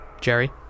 Jerry